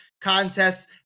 contests